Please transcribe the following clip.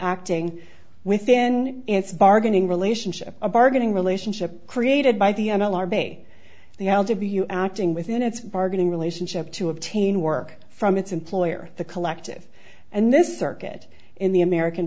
acting within its bargaining relationship a bargaining relationship created by the n l r b acting within its bargaining relationship to obtain work from its employer the collective and this circuit in the american